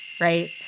right